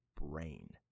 brain